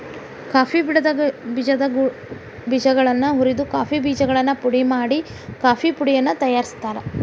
coffee ಗಿಡದ ಬೇಜಗಳನ್ನ ಹುರಿದ ಕಾಫಿ ಬೇಜಗಳನ್ನು ಪುಡಿ ಮಾಡಿ ಕಾಫೇಪುಡಿಯನ್ನು ತಯಾರ್ಸಾತಾರ